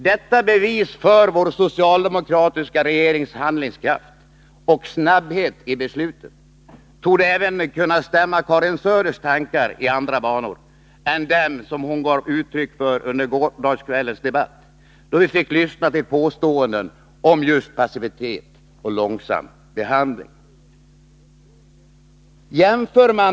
Detta bevis för vår socialdemokratiska regerings handlingskraft och snabbhet när det gäller att fatta beslut torde även kunna stämma Karin Söders tankar i andra banor än dem som hon gav uttryck för under gårdagskvällens debatt. Då fick vi lyssna till påståenden om just passivitet och långsam behandling.